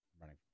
running